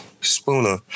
Spooner